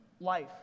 life